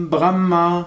Brahma